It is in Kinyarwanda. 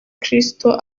christo